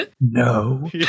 No